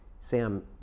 Sam